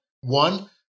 one